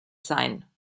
sein